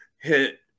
hit